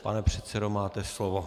Pane předsedo, máte slovo.